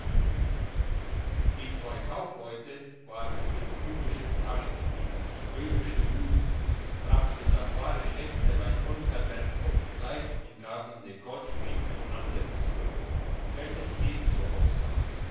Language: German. die zwei kaufleute waren spitzbübische taschenspieler böhmische juden brachten das wahre schächtelein unvermerkt auf die seit und gaben dem goldschmied ein anderes zurück welches ebenso aussah